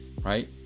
right